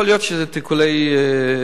יכול להיות שזה משיקולי תקציב,